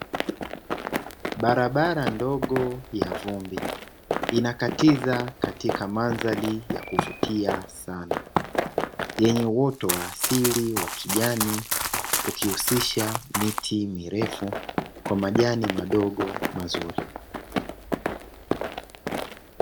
Barabara ndogo ya vumbi, inakatiza katika mandhari ya kuvutia sana, yenye uoto wa asili wa kijani, ukihusisha miti mirefu kwa majani madogo mzauri.